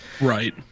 Right